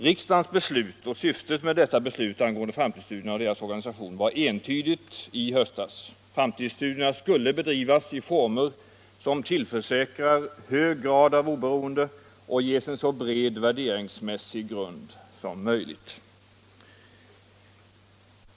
Riksdagens beslut angående framtidsstudierna och deras organisation var liksom också beslutets syfte entydigt i höstas — framtidsstudierna skulle bedrivas i former som tillförsäkrar dem hög grad av oberoende och skulle ges en så bred värderingsmässig grund som möjligt.